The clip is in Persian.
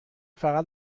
فقط